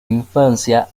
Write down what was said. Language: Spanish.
infancia